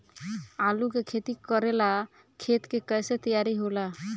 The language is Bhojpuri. आलू के खेती करेला खेत के कैसे तैयारी होला?